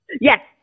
Yes